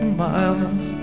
miles